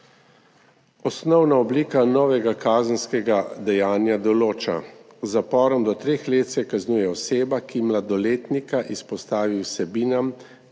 Osnovna oblika novega kazenskega dejanja določa, da se z zaporom do treh let kaznuje osebo, ki mladoletnika izpostavi vsebinam,